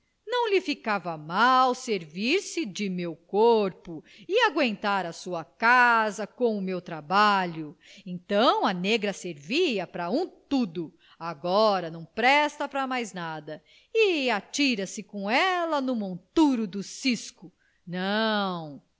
não lhe ficava mal servir se de meu corpo e agüentar a sua casa com o meu trabalho então a negra servia pra um tudo agora não presta pra mais nada e atira-se com ela no monturo do cisco não